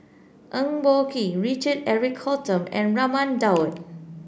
Eng Boh Kee Richard Eric Holttum and Raman Daud